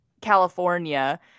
California